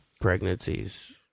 pregnancies